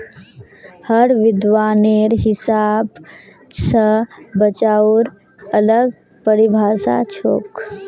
हर विद्वानेर हिसाब स बचाउर अलग परिभाषा छोक